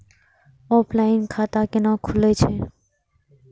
Offline खाता कैना खुलै छै?